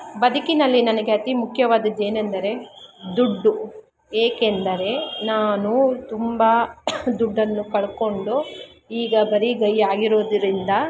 ಬದುಕಿನಲ್ಲಿ ನನಗೆ ಅತಿ ಮುಖ್ಯವಾದದ್ದು ಏನೆಂದರೆ ದುಡ್ಡು ಏಕೆಂದರೆ ನಾನು ತುಂಬ ದುಡ್ಡನ್ನು ಕಳ್ಕೊಂಡು ಈಗ ಬರಿಗೈ ಆಗಿರೋದರಿಂದ